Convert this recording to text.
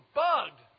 bugged